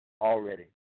already